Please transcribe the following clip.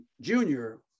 Junior